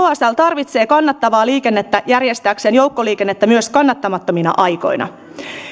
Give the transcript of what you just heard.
hsl tarvitsee kannattavaa liikennettä järjestääkseen joukkoliikennettä myös kannattamattomina aikoina